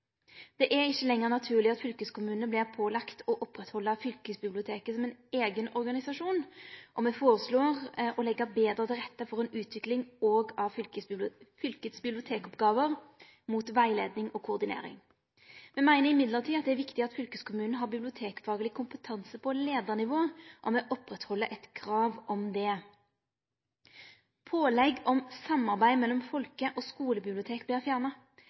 Det er ikkje lenger naturleg at fylkeskommunane vert pålagt å oppretthalde fylkesbiblioteket som ein eigen organisasjon, og me foreslår å legge betre til rette for ei utvikling av fylket sine bibliotekoppgåver mot rettleiing og koordinering. Me meiner likevel at det er viktig at fylkeskommunen har bibliotekfagleg kompetanse på leiarnivå, og me opprettheld eit krav om det. Pålegget om samarbeid mellom folke- og skolebibliotek vert fjerna.